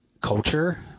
culture